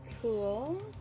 Cool